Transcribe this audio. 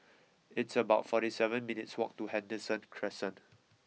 it's about forty seven minutes' walk to Henderson Crescent